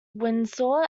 windsor